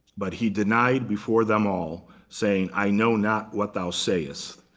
but he denied before them all saying, i know not what thou sayest.